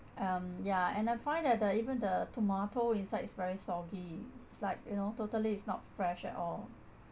um yeah and I find that the even the tomato inside is very soggy it's like you know totally it's not fresh at all